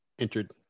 entered